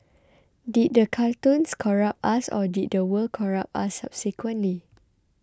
did these cartoons corrupt us or did the world corrupt us subsequently